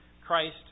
Christ